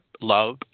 love